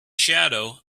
shadow